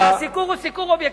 והסיקור הוא סיקור אובייקטיבי,